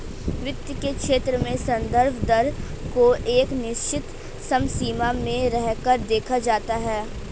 वित्त के क्षेत्र में संदर्भ दर को एक निश्चित समसीमा में रहकर देखा जाता है